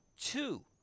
two